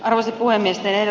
arvoisa puhemies eero